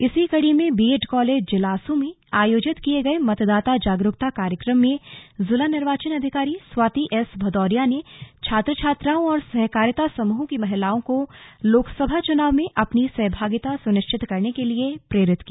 इसी कड़ी में बीएड कॉलेज जिलासू में आयोजित किये गए मतदाता जागरूकता कार्यक्रम में जिला निर्वाचन अधिकारी स्वाति एस भदौरिया ने छात्र छात्राओं और सहकारिता समूह की महिलाओं को लोकसभा चुनाव में अपनी सहभागिता सुनिश्चित करने के लिए प्रेरित किया